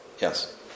yes